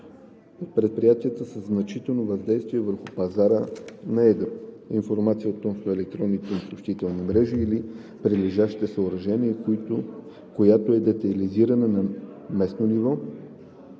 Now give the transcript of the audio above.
предприятията със значително въздействие върху пазара на едро; информация относно електронните им съобщителни мрежи или прилежащите съоръжения, която е детайлизирана на местно ниво